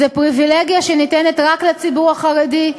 זו פריבילגיה שניתנת רק לציבור החרדי,